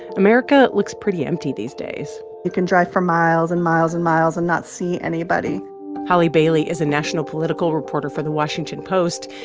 america looks pretty empty these days you can drive for miles and miles and miles and not see anybody holly bailey is a national political reporter for the washington post,